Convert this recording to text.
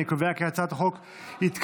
אני קובע כי הצעת החוק התקבלה,